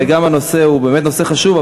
וגם הנושא הוא באמת נושא חשוב,